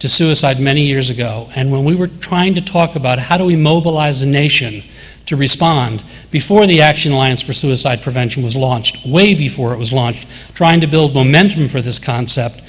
to suicide many years ago. and when we were trying to talk about how do we mobilize the nation to respond before the action alliance for suicide prevention was launched, way before it was launched trying to build momentum for this concept.